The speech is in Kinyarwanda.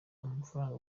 amafaranga